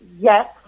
yes